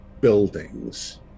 buildings